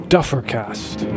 Duffercast